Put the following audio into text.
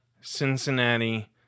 Cincinnati